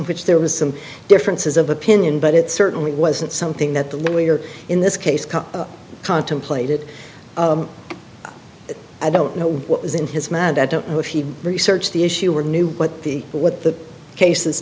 which there was some differences of opinion but it certainly wasn't something that the lawyer in this case contemplated i don't know what was in his mad at to research the issue or knew what the what the cases